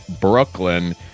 Brooklyn